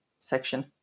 section